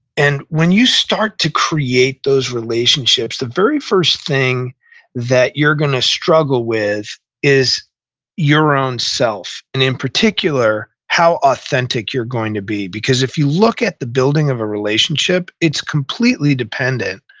and when you start to create those relationships, the very first thing that you're going to struggle with is your own self, and in particular, how authentic you're going to be. because if you look at the building of a relationship, it's completely dependent,